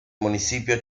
municipio